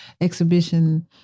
exhibition